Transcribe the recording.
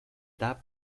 that